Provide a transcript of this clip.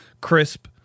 crisp